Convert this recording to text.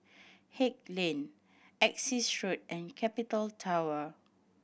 Haig Lane Essex Road and Capital Tower